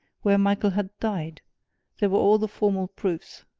where michael had died there were all the formal proofs.